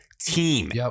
Team